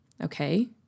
Okay